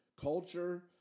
culture